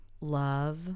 love